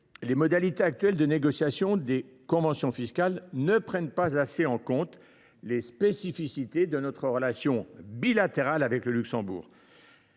les modalités actuelles de négociation des conventions fiscales ne prennent pas assez en compte les spécificités de notre relation bilatérale avec le Luxembourg.